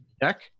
deck